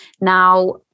Now